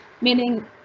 meaning